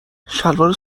شلوارت